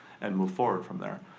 and move forward from there,